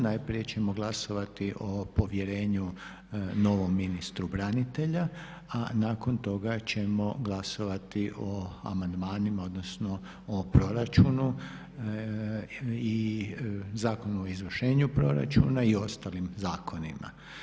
Najprije ćemo glasovati o povjerenju novom ministru branitelja, a nakon toga ćemo glasovati o amandmanima odnosno o proračunu i Zakonu o izvršenju proračuna i ostalim zakonima.